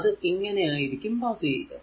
അത് ഇങ്ങനെ ആയിരിക്കും പാസ് ചെയ്യുക